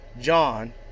John